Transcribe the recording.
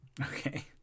okay